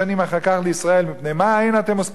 לישראל: מפני מה אין אתם עוסקים בתורה?